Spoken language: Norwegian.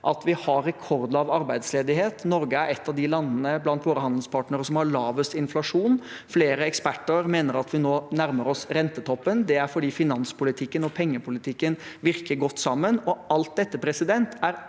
at vi har rekordlav arbeidsledighet. Norge er et av de landene blant våre handelspartnere som har lavest inflasjon. Flere eksperter mener at vi nå nærmer oss rentetoppen. Det er fordi finanspolitikken og pengepolitikken virker godt sammen. Alt dette er